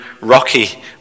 rocky